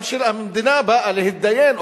המדינה באה להתדיין,